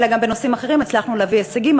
אלא גם בנושאים אחרים הצלחנו להביא הישגים,